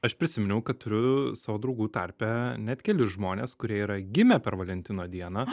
aš prisiminiau kad turiu savo draugų tarpe net kelis žmones kurie yra gimę per valentino dieną